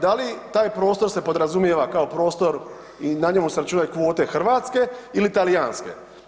Da li taj prostor se podrazumijeva kao prostor i na njemu se računaju kvote hrvatske ili talijanske?